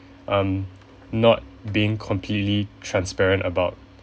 um not being completely transparent about